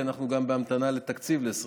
כי אנחנו גם בהמתנה לתקציב ל-2021,